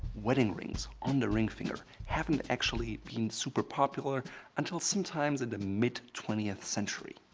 wedding rings on the ring finger haven't actually been super popular until sometimes in the mid twentieth century.